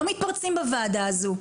לא מתפרצים בוועדה הזו,